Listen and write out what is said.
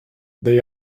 they